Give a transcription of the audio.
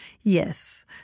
yes